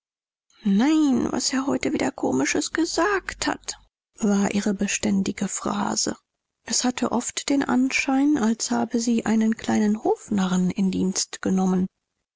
nein was er heute wieder komisches gesagt hat war ihre beständige phrase es hatte oft den anschein als habe sie einen kleinen hofnarren in dienst genommen